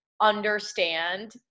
understand